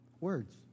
Words